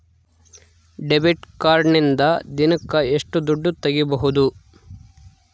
Debit ಕಾರ್ಡಿನಿಂದ ದಿನಕ್ಕ ಎಷ್ಟು ದುಡ್ಡು ತಗಿಬಹುದು?